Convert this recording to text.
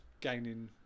gaining